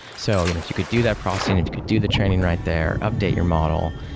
so you know if you could do that processing, if could do the training right there, update your model,